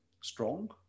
strong